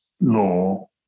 law